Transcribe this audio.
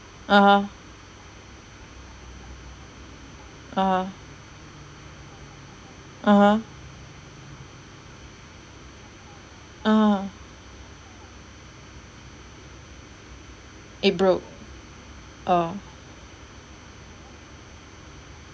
(uh huh) (uh huh) (uh huh) uh eh bro~ oh